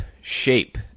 shape